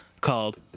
called